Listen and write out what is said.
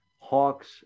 Hawks